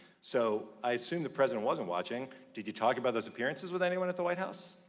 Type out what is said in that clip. so i assume the president wasn't watching. did you talk about these appearances with anyone at the white house?